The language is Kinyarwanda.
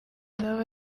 zaba